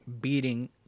beating